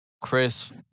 Chris